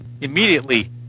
Immediately